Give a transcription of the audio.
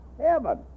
heaven